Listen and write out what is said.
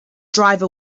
driver